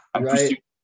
right